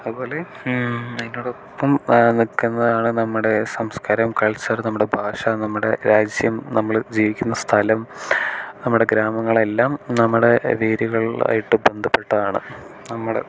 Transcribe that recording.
അതുപോലെ നിങ്ങളോടൊപ്പം നിൽക്കുന്നതാണ് നമ്മുടെ സംസ്കാരം കൾച്ചർ നമ്മുടെ ഭാഷ നമ്മുടെ രാജ്യം നമ്മൾ ജീവിക്കുന്ന സ്ഥലം നമ്മുടെ ഗ്രാമങ്ങൾ എല്ലാം നമ്മുടെ രീതികൾ ആയിട്ട് ബന്ധപ്പെട്ടതാണ് നമ്മുടെ